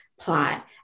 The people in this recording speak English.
plot